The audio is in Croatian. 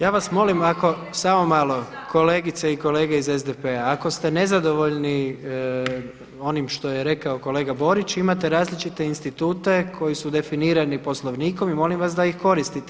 Ja vas molim, samo malo, kolegice i kolege iz SDP-a, ako ste nezadovoljni onim što je rekao kolega Borić imate različite institute koji su definirani Poslovnikom i molim vas da ih koristite.